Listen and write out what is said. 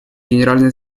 генеральной